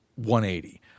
180